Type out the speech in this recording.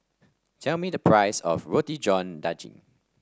tell me the price of Roti John Daging